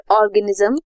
organism